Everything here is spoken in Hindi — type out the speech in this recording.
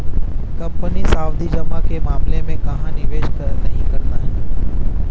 कंपनी सावधि जमा के मामले में कहाँ निवेश नहीं करना है?